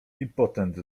impotent